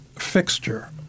fixture